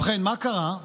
ובכן, מה קרה?